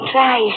Try